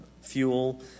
fuel